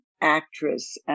actress